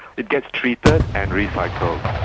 it gets treated and recycled,